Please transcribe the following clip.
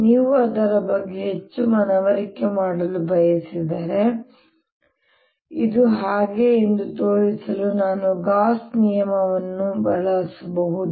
ನೀವು ಅದರ ಬಗ್ಗೆ ಹೆಚ್ಚು ಮನವರಿಕೆ ಮಾಡಲು ಬಯಸಿದರೆ ಇದು ಹಾಗೆ ಎಂದು ತೋರಿಸಲು ನಾನು ಗೌಸ್ ನಿಯಮವನ್ನು ಬಳಸಬಹುದು